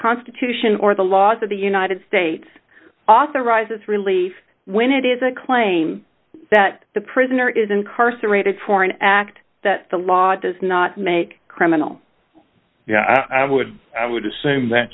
constitution or the laws of the united states authorizes relief when it is a claim that the prisoner is incarcerated for an act that the law does not make criminal i would i would assume that